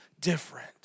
different